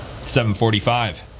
745